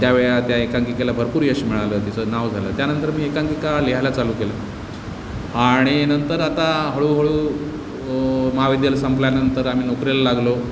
त्यावेळी त्या एकांकिकेला भरपूर यश मिळालं तिचं नाव झालं त्यानंतर मी एकांकिका लिहायला चालू केलं आणि नंतर आता हळूहळू महाविद्यालय संपल्यानंतर आम्ही नोकरीला लागलो